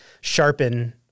sharpen